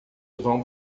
vão